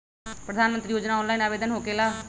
प्रधानमंत्री योजना ऑनलाइन आवेदन होकेला?